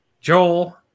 Joel